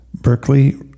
Berkeley